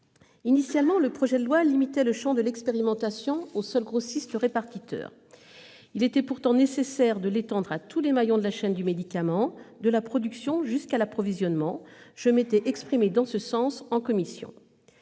Initialement, le projet de loi limitait le champ de l'expérimentation aux seuls grossistes-répartiteurs. Il était pourtant nécessaire de l'étendre à tous les maillons de la chaîne du médicament, de la production jusqu'à l'approvisionnement. Je m'étais exprimée en ce sens en commission.